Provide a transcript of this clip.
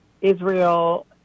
Israel